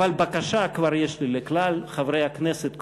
אבל בקשה כבר יש לי לכלל חברי הכנסת,